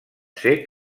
ser